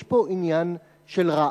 יש פה עניין של רעש.